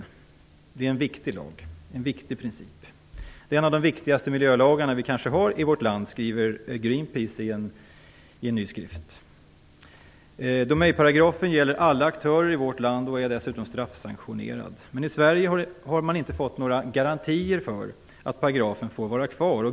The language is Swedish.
Det här är en viktig lag, en viktig princip. Detta är kanske en av de viktigaste miljölagarna i vårt land, skriver Greenpeace i en ny skrift. Åsa Domeij-paragrafen gäller alla aktörer i vårt land och är dessutom straffsanktionerad. Men i Sverige har man inte fått några garantier för att paragrafen får vara kvar.